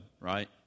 right